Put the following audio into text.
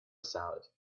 salad